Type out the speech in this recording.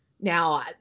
Now